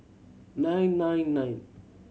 nine nine nine